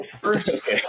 first